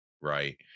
right